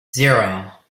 zero